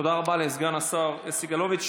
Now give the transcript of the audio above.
תודה רבה לסגן השר סגלוביץ'.